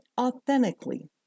authentically